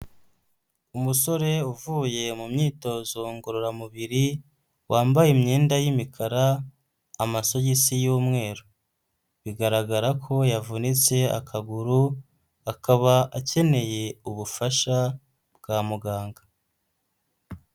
Umusore uvuye mu myitozo ngororamubiri, wambaye imyenda y'imikara, amasogisi y'umweru, bigaragara ko yavunitse akaguru, akaba akeneye ubufasha bwa muganga.